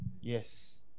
Yes